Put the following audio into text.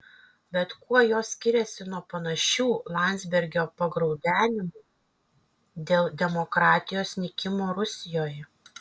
bet kuo jos skiriasi nuo panašių landsbergio pagraudenimų dėl demokratijos nykimo rusijoje